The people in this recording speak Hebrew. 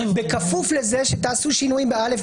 בכפוף לזה שתעשו שינויים ב-א,